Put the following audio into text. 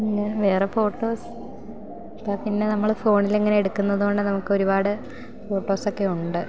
പിന്നെ വേറെ ഫോട്ടോസ് ഇപ്പം പിന്നെ നമ്മള് ഫോണിൽ ഇങ്ങനെ എടുക്കുന്നത് കൊണ്ട് നമുക്ക് ഒരുപാട് ഫോട്ടോസൊക്കെ ഉണ്ട്